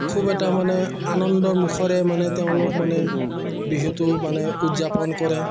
খুব এটা মানে আনন্দৰ মুখৰে মানে তেওঁলোক মানে বিহুটো মানে উদযাপন কৰে